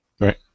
Right